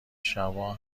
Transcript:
شبا